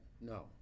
No